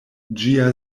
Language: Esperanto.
ĝia